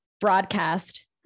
broadcast